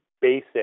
basic